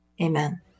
amen